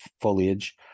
foliage